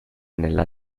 nella